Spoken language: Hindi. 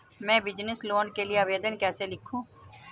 मैं बिज़नेस लोन के लिए आवेदन कैसे लिखूँ?